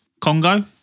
Congo